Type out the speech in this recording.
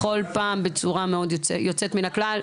בכל פעם בצורה מאוד יוצאת מן הכלל.